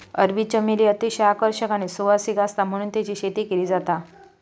अरबी चमेली अतिशय आकर्षक आणि सुवासिक आसता म्हणून तेची शेती केली जाता